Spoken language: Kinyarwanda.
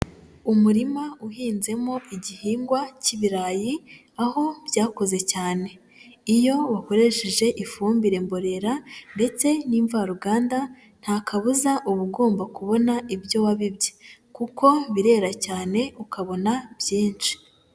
Umurima uhinzemo igihingwa cy'ibirayi aho byakoze cyane, iyo wakoresheje ifumbire mborera ndetse n'imvaruganda nta kabuza uba ugomba kubona ibyo wabibye kuko birera cyane ukabona byinshi.